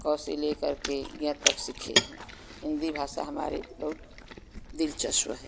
क से लेकर के ज्ञ तक सीखे हैं हिन्दी भाषा हमारी बहुत दिलचस्प है